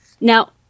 Now